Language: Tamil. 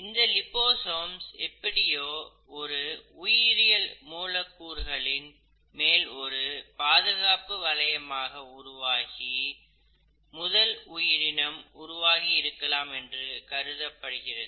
இந்த லிபோசோம் எப்படியோ இந்த உயிரியல் மூலக்கூறுகளின் மேல் ஒரு பாதுகாப்பு வளையமாக உருவாகி முதல் உயிரினம் உருவாகி இருக்கலாம் என்று கருதப்படுகிறது